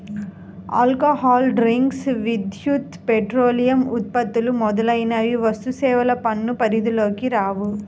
alcohol drinks, విద్యుత్, petroleum ఉత్పత్తులు మొదలైనవి వస్తుసేవల పన్ను పరిధిలోకి రావు